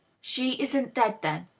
she isn't dead, then?